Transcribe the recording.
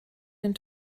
den